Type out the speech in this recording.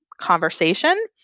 conversation